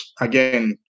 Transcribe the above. again